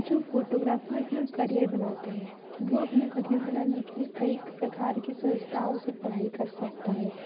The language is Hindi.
जो फ़ोटोग्राफ़ी में अपना करियर बनाते हैं वह अपना करियर बनाने के लिए कई प्रकार की संस्थाओ से पढ़ाई कर सकता है